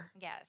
Yes